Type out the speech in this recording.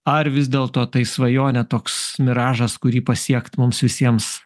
ar vis dėlto tai svajonė toks miražas kurį pasiekt mums visiems